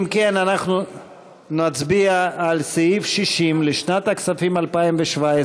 אם כן, אנחנו נצביע על סעיף 60 לשנת הכספים 2017,